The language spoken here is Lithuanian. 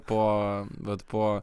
po vat po